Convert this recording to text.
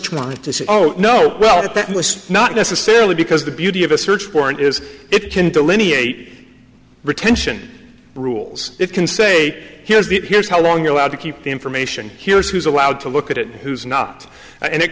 wanted to say oh no well not necessarily because the beauty of a search warrant is it can delineate retention rules it can say here's the here's how long you're allowed to keep the information here's who's allowed to look at it who's not and it